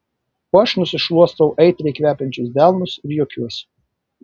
o aš nusišluostau aitriai kvepiančius delnus ir juokiuosi